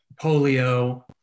polio